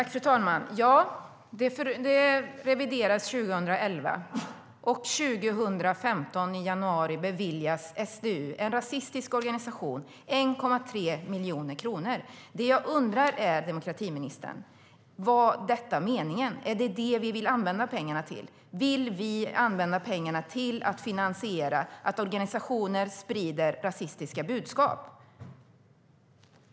Fru talman! Ja, förordningen reviderades 2011, och i januari 2015 beviljades SDU, en rasistisk organisation, 1,3 miljoner kronor. Det jag undrar, demokratiministern, är om det var meningen? Är det detta vi vill använda pengarna till? Vill vi använda pengarna till att finansiera att organisationer sprider rasistiska budskap?